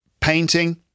painting